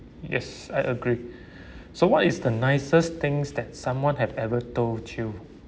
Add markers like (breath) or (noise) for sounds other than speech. yes I agree (breath) so what is the nicest things that someone had ever told you